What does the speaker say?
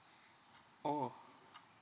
orh